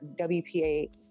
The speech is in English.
WPA